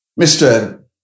Mr